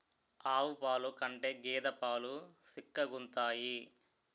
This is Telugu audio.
ఆవు పాలు కంటే గేద పాలు సిక్కగుంతాయి